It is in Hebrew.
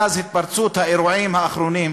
מאז התפרצות האירועים האחרונים,